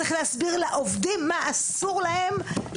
צריך להסביר לעובדים מה אסור להם,